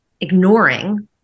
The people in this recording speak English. ignoring